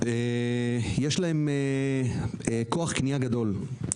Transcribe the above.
יש להם כוח קנייה גדול,